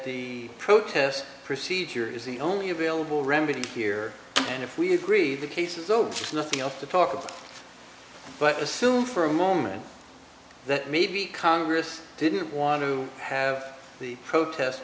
the protests proceed here is the only available remedy here and if we agree the cases votes nothing else to talk about but assume for a moment that maybe congress didn't want to have the protest